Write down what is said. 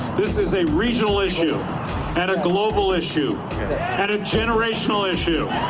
this is a regional issue and a global issue and a generational issue.